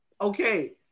Okay